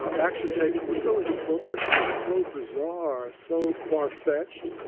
ah action taken were so inappropriate or so bizarre, so farfetched,